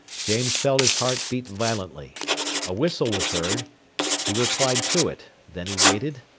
james felt his heart beat violently a whistle was heard he replied to it, then he waited,